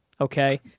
okay